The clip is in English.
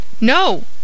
No